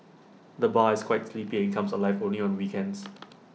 the bar is quite sleepy and comes alive only on weekends